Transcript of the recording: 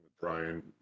Brian